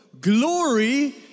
glory